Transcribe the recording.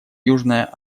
южная